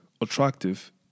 Attractive